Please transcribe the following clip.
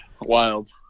Wild